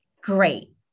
great